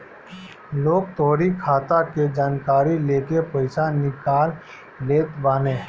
लोग तोहरी खाता के जानकारी लेके पईसा निकाल लेत बाने